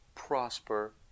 prosper